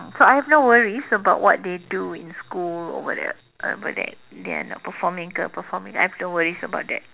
so I have no worries about what they do in school or whatever whatever that they are not performing ke or performing I have no worries about that